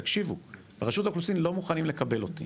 תקשיבו רשות האוכלוסין לא מוכנים לקב אותי,